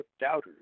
doubters